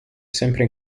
sempre